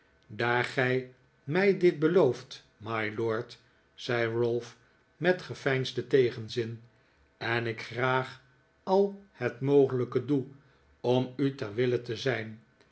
daar gij mij dit belooft mylord zei ralph met geveinsden tegenzin en ik graag al het mogelijke doe om u ter wille te zijn